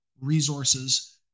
resources